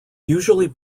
usually